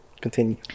continue